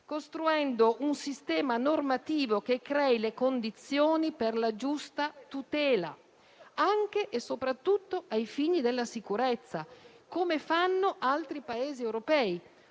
costruendo un sistema normativo che crei le condizioni per la giusta tutela, anche e soprattutto ai fini della sicurezza, come fanno altri Paesi europei,